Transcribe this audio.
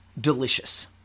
Delicious